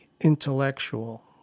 intellectual